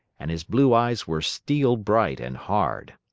and his blue eyes were steel-bright and hard.